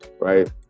right